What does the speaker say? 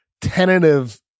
tentative